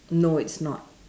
no it's not